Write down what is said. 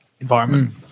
environment